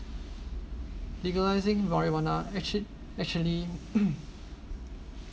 legalizing marijuana actu~ actually